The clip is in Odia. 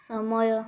ସମୟ